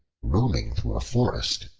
roaming through a forest,